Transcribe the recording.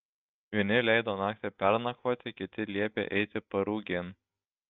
vieni leido naktį pernakvoti kiti liepė eiti parugėn